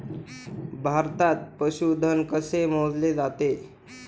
भारतात पशुधन कसे मोजले जाते?